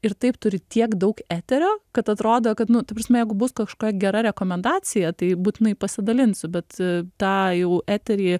ir taip turi tiek daug eterio kad atrodo kad nu ta prasme jeigu bus kažkokia gera rekomendacija tai būtinai pasidalinsiu bet tą jau eterį